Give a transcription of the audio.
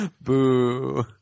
Boo